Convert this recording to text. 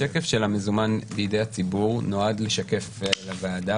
השקף של המזומן בידי הציבור נועד לשקף לוועדה